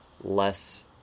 less